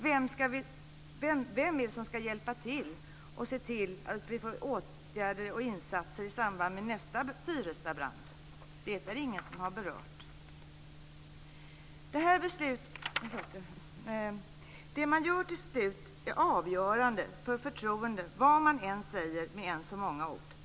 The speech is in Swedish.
Vem är det som ska hjälpa till och se till att vi får åtgärder och insatser i samband med nästa Tyrestabrand? Det är det ingen som har berört. Det man till slut gör är avgörande för förtroendet, vad man än säger med än så många ord.